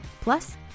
Plus